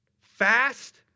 Fast